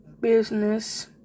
Business